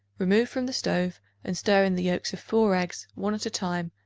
remove from the stove and stir in the yolks of four eggs, one at a time,